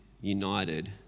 united